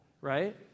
right